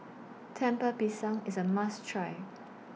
Lemper Pisang IS A must Try